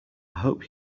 hope